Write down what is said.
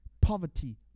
poverty